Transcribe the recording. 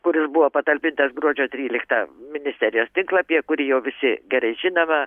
kuris buvo patalpintas gruodžio tryliktą ministerijos tinklapyje kurį jau visi gerai žinome